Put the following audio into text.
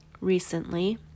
recently